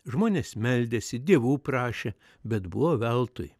žmonės meldėsi dievų prašė bet buvo veltui